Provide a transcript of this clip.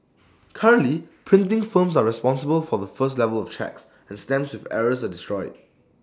currently printing firms are responsible for the first level of checks and stamps with errors are destroyed